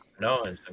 No